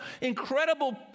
incredible